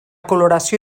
coloració